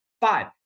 Five